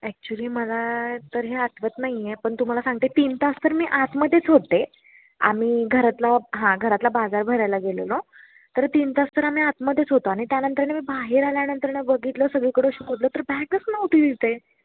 actually मला तर हे आठवत नाही आहे पण तुम्हाला सांगते तीन तास तर मी आतमध्येच होते आम्ही घरातला हां घरातला बाजार भरायला गेलेलो तर तीन तास तर आम्ही आतमध्येच होतो आणि त्यानंतरनं मी बाहेर आल्यानंतरनं बघितलं सगळीकडं शोधलं तर बॅगच नव्हती तिथे